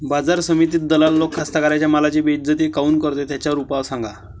बाजार समितीत दलाल लोक कास्ताकाराच्या मालाची बेइज्जती काऊन करते? त्याच्यावर उपाव सांगा